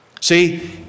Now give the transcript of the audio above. See